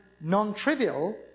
non-trivial